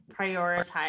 prioritize